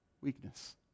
weakness